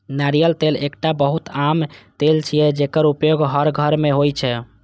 नारियल तेल एकटा बहुत आम तेल छियै, जेकर उपयोग हर घर मे होइ छै